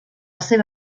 seva